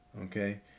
okay